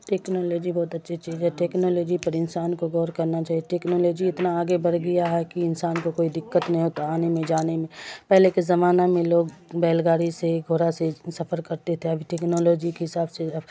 technology بہت اچھی چیز ہے ٹکنالوجی پر انسان کو غور کرنا چاہیے ٹکنالوجی اتنا آگے بڑھ گیا ہے کہ انسان کو کوئی دقت نہیں ہوتا آنے میں جانے میں پہلے کے زمانہ میں لوگ بیل گاڑی سے گھوڑا سے سفر کرتے تھے اب ٹکنالوجی کے حساب سے اب